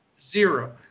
zero